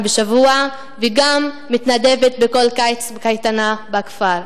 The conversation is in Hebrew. בשבוע וגם מתנדבת בכל קיץ בקייטנה בכפר.